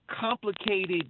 complicated